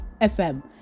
FM